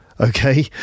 okay